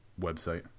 website